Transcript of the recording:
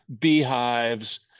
beehives